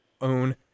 own